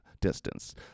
distance